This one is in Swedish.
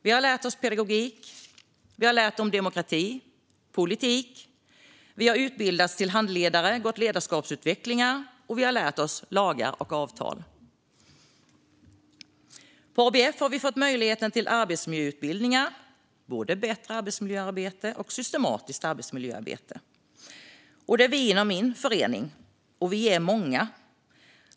Vi har lärt oss pedagogik. Vi har lärt om demokrati och politik. Vi har utbildats till handledare och gått kurser i ledarskapsutveckling, och vi har lärt oss om lagar och avtal. På ABF har vi fått möjlighet till arbetsmiljöutbildningar - det handlar om både bättre arbetsmiljöarbete och systematiskt arbetsmiljöarbete. Detta är alltså vi i min förening, och vi är många.